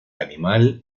animal